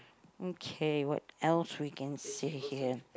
okay what else we can say here